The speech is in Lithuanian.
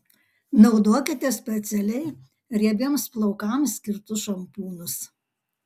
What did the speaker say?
naudokite specialiai riebiems plaukams skirtus šampūnus